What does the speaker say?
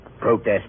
protest